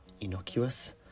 innocuous